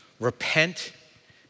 repent